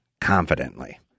confidently